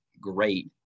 great